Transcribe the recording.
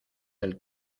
del